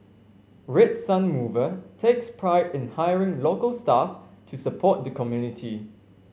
Red Sun Mover takes pride in hiring local staff to support the community